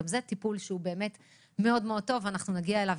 טיפול שהוא מאוד מאוד טוב ונגיע אליו.